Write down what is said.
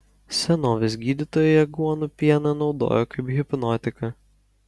senovės gydytojai aguonų pieną naudojo kaip hipnotiką